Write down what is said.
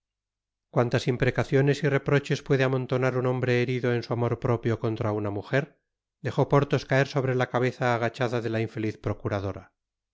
cuantas imprecaciones y reproches puede amontonar un hombre herido en su amor propio contra una mujer dejó porthos caer sobre la cabeza ágachada de la infeliz procuradora